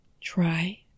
Try